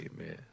Amen